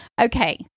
Okay